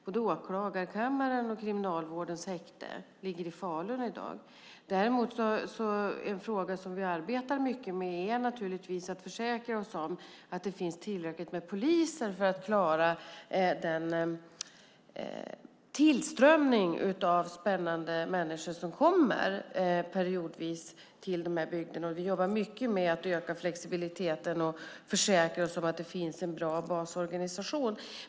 Både åklagarkammaren och Kriminalvårdens häkte ligger i Falun i dag. En fråga som vi arbetar mycket med handlar naturligtvis om att försäkra oss om att det finns tillräckligt med poliser för att klara den tillströmning av spännande människor som periodvis kommer till de här bygderna. Vi jobbar mycket med att öka flexibiliteten och försäkra oss om att det finns en bra basorganisation.